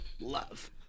love